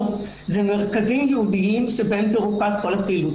היא מרכזים ייעודיים שבהן תרוכז כל הפעילות.